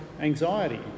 anxiety